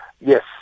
yes